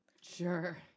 Sure